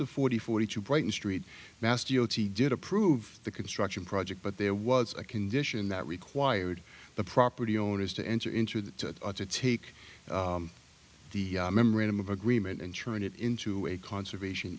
of forty forty two brighton street mass d o t did approve the construction project but there was a condition that required the property owners to enter into the to take the memorandum of agreement and turn it into a conservation